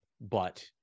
But-